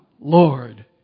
Lord